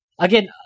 again